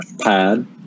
pad